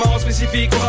spécifique